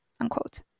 unquote